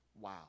wow